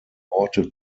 worte